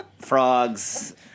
frogs